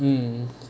mmhmm